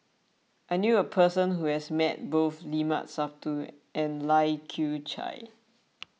I knew a person who has met both Limat Sabtu and Lai Kew Chai